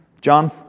John